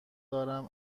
دارم